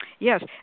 Yes